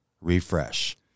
refresh